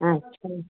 अच्छा